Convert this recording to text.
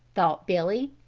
thought billy.